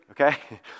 okay